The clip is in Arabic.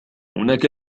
هناك